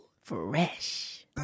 Fresh